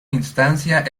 instancia